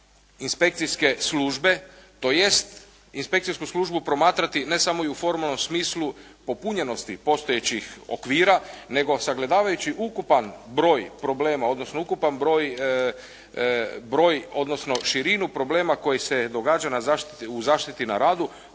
inspekcijske službe, tj. inspekcijsku službu promatrati ne samo i u formalnom smislu popunjenosti postojećih okvira, nego sagledavajući ukupan broj problema, odnosno ukupan broj, odnosno širinu problema koji se događa u zaštiti na radu,